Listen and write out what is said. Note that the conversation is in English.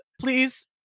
please